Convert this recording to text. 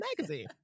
magazine